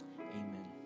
amen